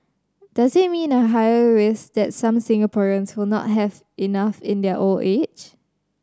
does it mean a higher risk that some Singaporeans will not have enough in their old age